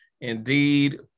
Indeed